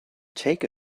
take